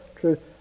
truth